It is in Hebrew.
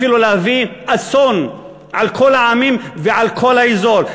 אפילו להביא אסון על כל העמים ועל כל האזור,